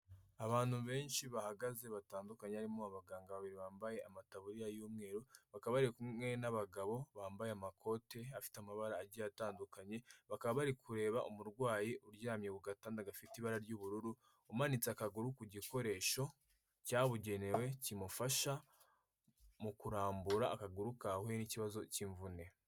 Abantu benshi bahagaze batandukanye harimo abaganga babiri bambaye amatabuririya y'umweru, bakaba bari kumwe n'abagabo bambaye amakote afite amabara agiye atandukanye, bakaba bari kureba umurwayi uryamye ku gatanda gafite ibara ry'ubururu, umanitse akaguru ku gikoresho cyabugenewe kimufasha mu kurambura akaguru kahuye n'ikibazo cy'imvune.